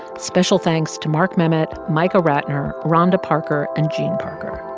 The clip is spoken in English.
special thanks to mark memmott, michael ratner rhonda parker and gene parker.